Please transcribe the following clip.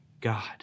God